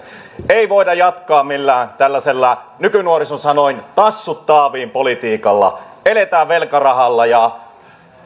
ei voida jatkaa millään tällaisella nykynuorison sanoin tassut taaviin politiikalla eletään velkarahalla ja